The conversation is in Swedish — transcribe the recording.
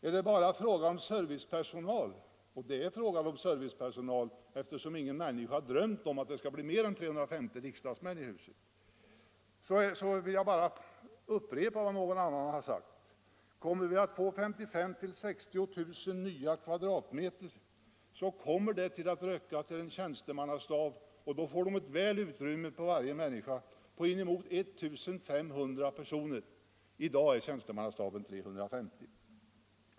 Är det bara fråga om servicepersonal, och det är det, eftersom ingen människa har drömt om att det skall bli mer än 350 riksdagsmän i huset, vill jag bara upprepa vad någon annan har sagt: Kommer vi att få 55 000-60 000 nya kvadratmeter kommer det att räcka till en tjänstemannastab på bortemot 1 500 personer, med gott om utrymme för var och en. I dag är tjänstemannastaben 350.